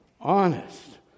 honest